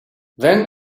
then